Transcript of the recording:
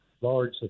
large